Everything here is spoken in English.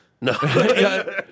No